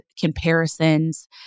comparisons